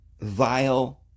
vile